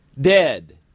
Dead